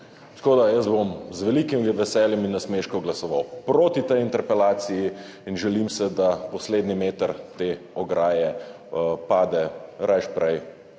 Tako da, jaz bom z velikim veseljem in nasmeškov glasoval proti tej interpelaciji in želim si, da poslednji meter te ograje pade rajši prej